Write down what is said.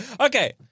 Okay